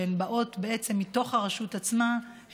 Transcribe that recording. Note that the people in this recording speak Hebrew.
שבאות בעצם מתוך הרשות עצמה,